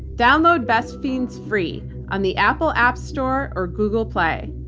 download best fiends free on the apple app store or google play.